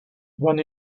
won